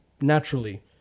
naturally